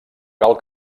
cal